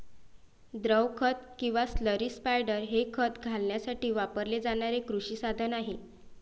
द्रव खत किंवा स्लरी स्पायडर हे खत घालण्यासाठी वापरले जाणारे कृषी साधन आहे